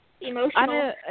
emotional